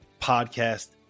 podcast